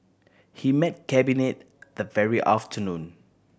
he met Cabinet that very afternoon